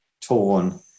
torn